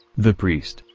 the priest,